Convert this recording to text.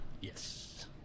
yes